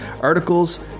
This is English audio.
articles